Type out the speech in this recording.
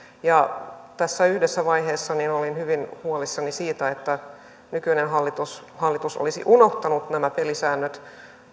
tässä yhdessä vaiheessa olin hyvin huolissani siitä että nykyinen hallitus hallitus olisi unohtanut nämä pelisäännöt